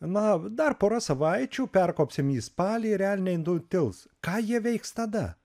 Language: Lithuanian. na dar pora savaičių perkopsim į spalį ir elniai nutils ką jie veiks tada